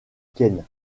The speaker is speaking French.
kent